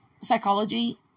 psychology